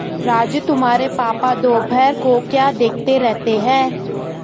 राजू तुम्हारे पापा दोपहर को क्या देखते रहते हैं?